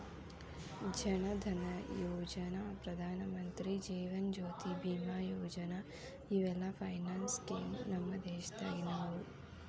ಜನ್ ಧನಯೋಜನಾ, ಪ್ರಧಾನಮಂತ್ರಿ ಜೇವನ ಜ್ಯೋತಿ ಬಿಮಾ ಯೋಜನಾ ಇವೆಲ್ಲ finance scheme ನಮ್ ದೇಶದಾಗಿನವು